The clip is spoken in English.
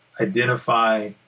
identify